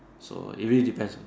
so anyway depends